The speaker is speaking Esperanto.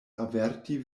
averti